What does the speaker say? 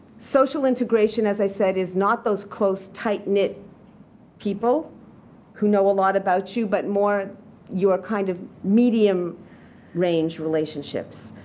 social integration as i said is not those close tight-knit people who know a lot about you, but more your kind of medium range relationships.